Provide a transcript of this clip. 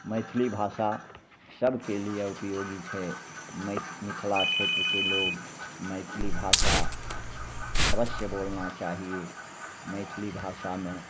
मैथिली भाषा सभके लिए उपयोगी छै मैथि मिथिला क्षेत्रके लोक मैथिली भाषा अवश्य बोलना चाही मैथिली भाषामे